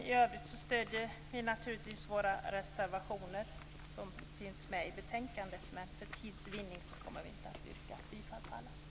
I övrigt stöder vi naturligtvis våra reservationer till betänkandet, men för tids vinning kommer vi inte att yrka bifall till alla.